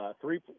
Three